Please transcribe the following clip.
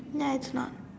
ya it's not